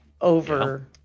over